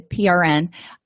PRN